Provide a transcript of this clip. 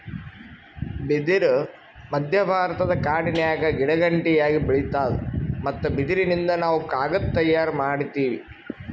ಬಿದಿರ್ ಮಧ್ಯಭಾರತದ ಕಾಡಿನ್ಯಾಗ ಗಿಡಗಂಟಿಯಾಗಿ ಬೆಳಿತಾದ್ ಮತ್ತ್ ಬಿದಿರಿನಿಂದ್ ನಾವ್ ಕಾಗದ್ ತಯಾರ್ ಮಾಡತೀವಿ